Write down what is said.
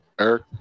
Eric